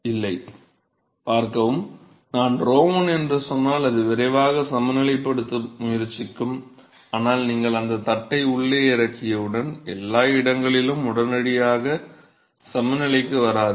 இல்லை பார்க்கவும் நான் 𝞺1 என்று சொன்னால் அது விரைவாக சமநிலைப்படுத்த முயற்சிக்கும் ஆனால் நீங்கள் அந்தத் தட்டை உள்ளே இறக்கியவுடன் எல்லா இடங்களும் உடனடியாக சமநிலைக்கு வராது